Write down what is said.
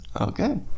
Okay